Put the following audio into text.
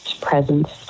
presence